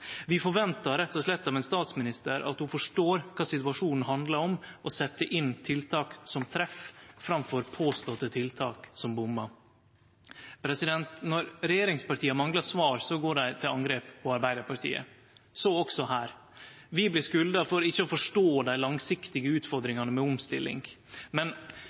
Vi forventar rett og slett av ein statsminister at ho forstår kva situasjonen handlar om, og set inn tiltak som treffer framfor påståtte tiltak som bommar. Når regjeringspartia manglar svar, går dei til angrep på Arbeidarpartiet – så også her. Vi blir skulda for ikkje å forstå dei langsiktige utfordringane med omstilling. Men